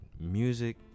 Music